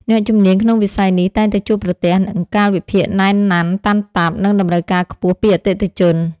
អ្នកជំនាញក្នុងវិស័យនេះតែងតែជួបប្រទះនឹង កាលវិភាគណែនណាន់តាន់តាប់ និងតម្រូវការខ្ពស់ពីអតិថិជន។